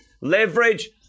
leverage